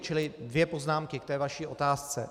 Čili dvě poznámky k vaší otázce.